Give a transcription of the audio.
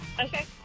Okay